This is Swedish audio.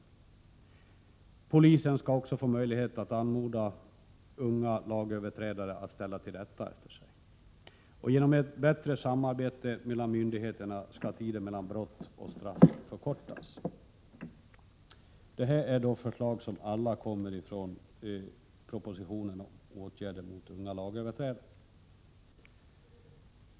Polisen skall också få möjlighet att anmoda unga lagöverträdare att ställa till rätta efter sig. Genom ett bättre samarbete mellan myndigheterna skall tiden mellan brott och straff förkortas. Detta är förslag som alla framförs i propositionen om åtgärder mot unga lagöverträdare.